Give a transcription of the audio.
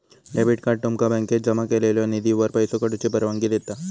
debit card तुमका बँकेत जमा केलेल्यो निधीवर पैसो काढूची परवानगी देता